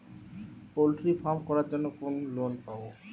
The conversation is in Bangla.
পলট্রি ফার্ম করার জন্য কোন লোন পাব?